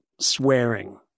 swearing